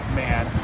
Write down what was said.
man